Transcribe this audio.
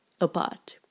apart